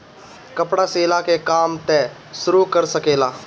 कपड़ा सियला के काम तू शुरू कर सकेला